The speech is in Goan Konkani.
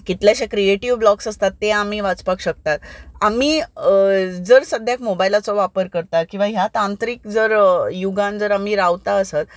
कितलेशे क्रिएटीव्ह ब्लॉग्स आसात ते आमी वाचपाक शकतात आमी जर सद्याक मोबायलाचो वापर करतात किंवां ह्या तांत्रीक जर युगान जर आमी रावता आसत